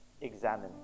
examine